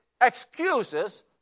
excuses